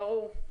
ברור.